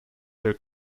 their